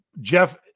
Jeff